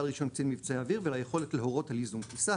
רישיון קצין מבצעי אוויר וליכולת להורות על ייזום טיסה,